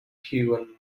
heaven